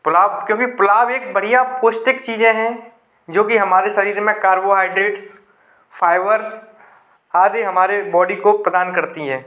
पुलाव कभी पुलाव एक बढ़िया पौष्टिक चीजे हैं जो कि हमारे शरीर में कार्बोहाइड्रेट्स फाइबर्स आदि हमारे बॉडी को प्रदान करती है